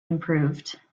improved